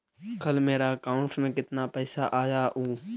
कल मेरा अकाउंटस में कितना पैसा आया ऊ?